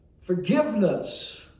Forgiveness